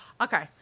Okay